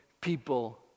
people